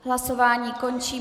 Hlasování končím.